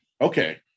Okay